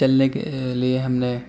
چلنے کے لیے ہم نے